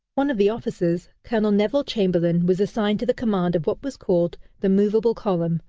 one of the officers, colonel neville chamberlain, was assigned to the command of what was called the movable column,